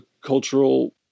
cultural